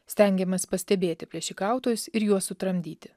stengiamės pastebėti plėšikautojus ir juos sutramdyti